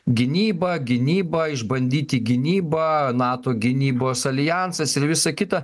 gynyba gynyba išbandyti gynybą nato gynybos aljansas ir visa kita